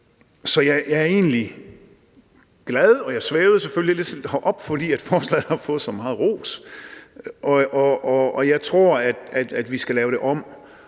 Så jeg er egentlig glad, og jeg svævede selvfølgelig lidt herop, fordi forslaget har fået så meget ros, og jeg tror, at vi skal lave det om